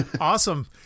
awesome